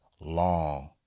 long